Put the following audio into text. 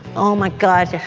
oh my god,